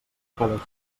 cadascú